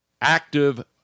active